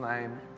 name